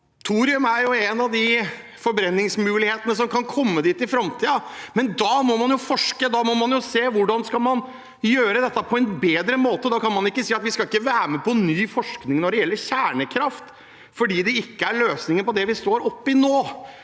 Thorium er en av de forbrenningsmulighetene som kan komme i framtiden, men da må man jo forske. Da må man se på hvordan man skal gjøre dette på en bedre måte. Da kan man ikke si at vi ikke skal være med på ny forskning når det gjelder kjernekraft fordi det ikke er løsningen på det vi står oppe i nå.